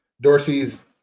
Dorsey's